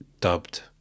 dubbed